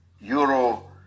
euro